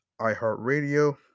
iHeartRadio